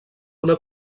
una